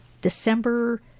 December